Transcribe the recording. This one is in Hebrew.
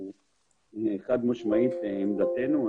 הוא חד-משמעית גם עמדתנו.